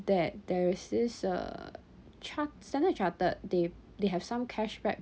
there there is this uh chart standard chartered they they have some cashback